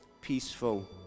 peaceful